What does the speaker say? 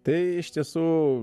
tai iš tiesų